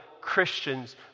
Christians